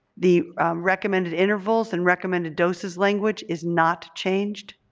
the recommended intervals and recommended doses language is not changed.